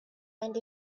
and